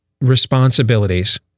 responsibilities